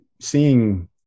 seeing